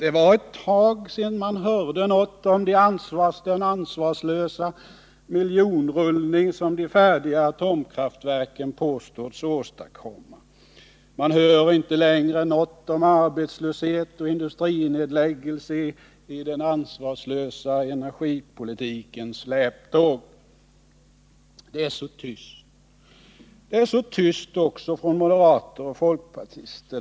Det var ett tag sedan man hörde något om den ansvarslösa miljonrullning som de färdiga atomkraftverken påstods åstadkomma. Man hör inte längre något om arbetslöshet och industrinedläggelse i den ansvarslösa energipolitikens släptåg. Det är så tyst. Det är tyst också från moderater och folkpartister.